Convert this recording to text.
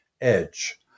edge